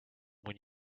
when